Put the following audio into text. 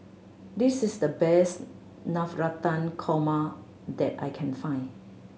this is the best Navratan Korma that I can find